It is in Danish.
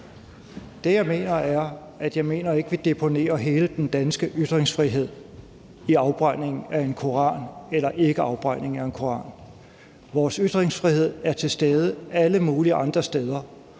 Det, jeg mener, er, at jeg ikke mener, at vi deponerer hele den danske ytringsfrihed i, hvorvidt der sker en afbrænding af en koran eller der ikke sker en afbrænding af en koran. Vores ytringsfrihed er til stede alle mulige andre steder,